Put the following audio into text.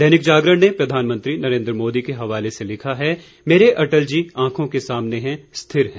दैनिक जागरण ने प्रधानमंत्री नरेंद्र मोदी के हवाले से लिखा है मेरे अटल जी आंखों के सामने हैं स्थिर हैं